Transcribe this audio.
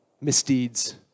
misdeeds